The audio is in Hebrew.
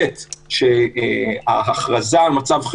גם אם הולכים על אישור בדיעבד,